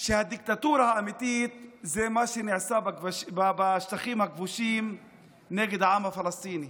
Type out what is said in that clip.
שהדיקטטורה האמיתית זה מה שנעשה בשטחים הכבושים נגד העם הפלסטיני,